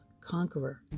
Conqueror